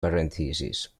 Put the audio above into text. parentheses